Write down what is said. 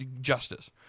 justice